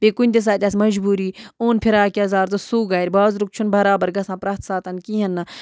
بیٚیہِ کُنہِ تہِ ساتہٕ آسہِ مجبوٗری اوٚن فِراک یَزار تہٕ سُہ گَرِ بازرُک چھُنہٕ بَرابَر گَژھان پرٛٮ۪تھ ساتَن کِہیٖنۍ نہٕ